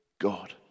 God